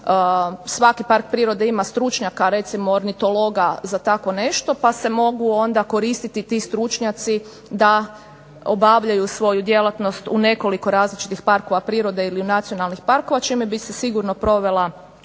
svaki park prirode ima stručnjaka recimo ornitologa za takvo nešto pa se mogu onda koristiti ti stručnjaci da obavljaju svoju djelatnost u nekoliko različitih parkova prirode ili nacionalnih parkova čime bi se sigurno provela